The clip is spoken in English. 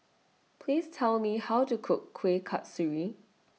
Please Tell Me How to Cook Kueh Kasturi